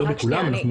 לא בכולם,